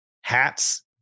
hats